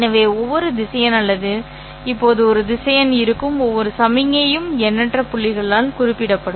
எனவே ஒவ்வொரு திசையன் அல்லது இப்போது ஒரு திசையன் இருக்கும் ஒவ்வொரு சமிக்ஞையும் எண்ணற்ற புள்ளிகளால் குறிப்பிடப்படும்